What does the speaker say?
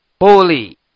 Holy